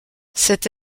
cette